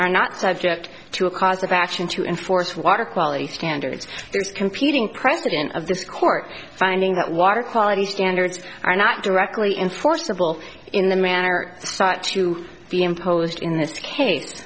are not subject to a cause of action to enforce water quality standards there is computing president of this court finding that water quality standards are not directly enforceable in the manner sought to be imposed in this case